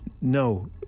No